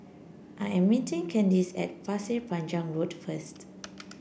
I am meeting Kandice at Pasir Panjang Road first